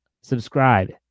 Subscribe